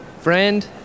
Friend